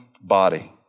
body